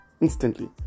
Instantly